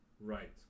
Right